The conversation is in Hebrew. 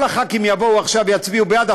כל הח"כים יבואו עכשיו ויצביעו בעד,